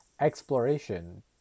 exploration